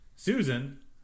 susan